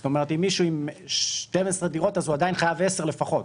זאת אומרת אם מישהו עם 12 אז הוא עדיין חייב 10 לפחות.